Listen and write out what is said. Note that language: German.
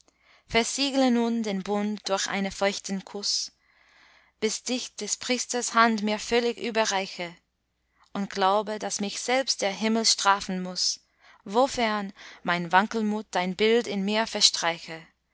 versiegle nun den bund durch einen feuchten kuß bis dich des priesters hand mir völlig überreiche und glaube daß mich selbst der himmel strafen muß wofern mein wankelmut dein bild in mir verstreiche